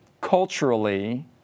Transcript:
culturally